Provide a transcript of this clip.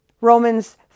Romans